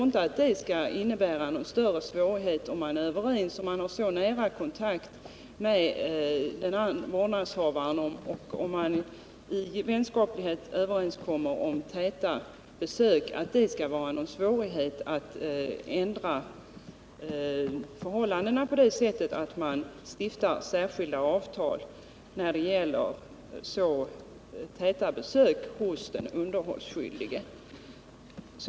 Men den underhållsskyldige som har en så tät och nära kontakt med sina barn bör inte ha någon större svårighet att upprätta ett särskilt avtal med vårdnadshavaren om avdrag i underhållsplikten.